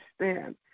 understand